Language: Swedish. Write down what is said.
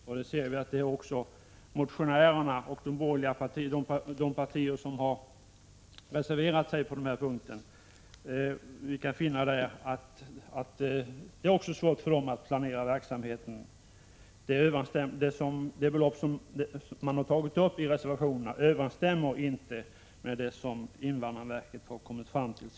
Vi kan finna att även motionärerna och de partier som har reserverat sig har svårigheter med detta. De belopp man har tagit upp i reservationerna överensstämmer inte med vad invandrarverket senare har kommit fram till.